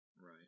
Right